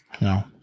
No